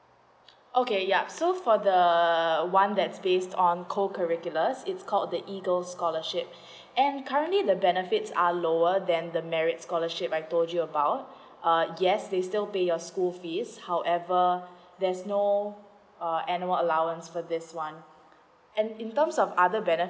okay ya so for the one that's base on co curricula is called the eagle scholarship and currently the benefits are lower than the merit scholarship I told you about uh yes they still pay your school fees however there's no uh annual allowance for this one and in terms of other benefit